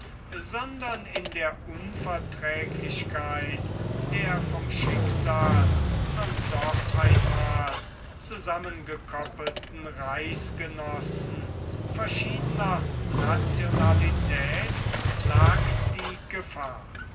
sondern in der unverträglichkeit der vom schicksal nun doch einmal zusammengekoppelten reichsgenossen verschiedener nationalität lag die gefahr